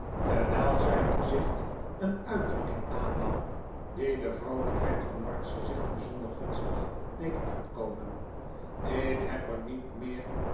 terwijl zijn gezicht een uitdrukking aannam die de vroolijkheid van mark's gezicht bijzonder gunstig deed uitkomen ik heb er niet meer